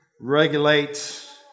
regulates